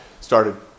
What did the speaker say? started